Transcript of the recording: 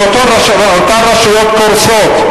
לאותן רשויות קורסות,